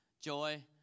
joy